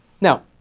Now